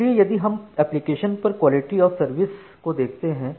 इसलिए यदि हम एप्लीकेशनलेवल पर क्वालिटी ऑफ़ सर्विस को देखते हैं